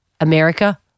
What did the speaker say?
America